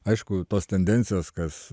aišku tos tendencijos kas